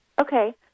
Okay